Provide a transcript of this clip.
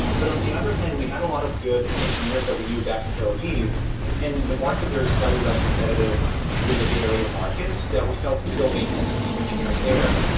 but on the other hand, we had a lot of good engineers engineers that we knew back in tel aviv and the market there is slightly less competitive than the bay area market that we felt it still made sense to keep engineering there.